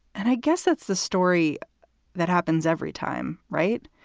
and i guess that's the story that happens every time. right.